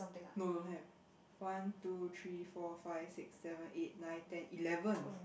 no don't have one two three four five six seven eight nine ten eleven